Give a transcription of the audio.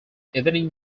evening